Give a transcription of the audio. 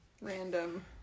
random